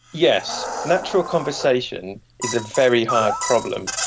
yes, natural conversation is a very hard problem.